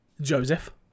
Joseph